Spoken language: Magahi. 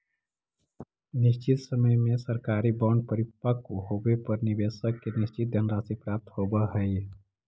निश्चित समय में सरकारी बॉन्ड परिपक्व होवे पर निवेशक के निश्चित धनराशि प्राप्त होवऽ हइ